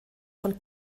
von